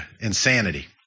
Insanity